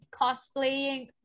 cosplaying